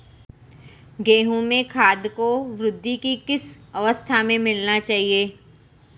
गेहूँ में खाद को वृद्धि की किस अवस्था में मिलाना चाहिए?